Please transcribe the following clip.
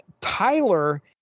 Tyler